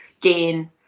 gain